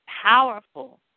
Powerful